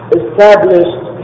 established